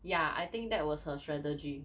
ya I think that was her strategy